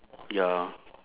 ya